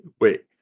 wait